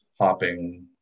hopping